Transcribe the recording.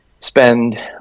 spend